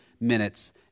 minutes